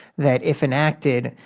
that, if enacted,